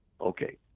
Okay